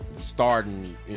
starting